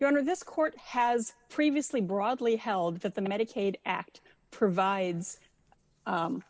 going to this court has previously broadly held that the medicaid act provides